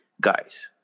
guys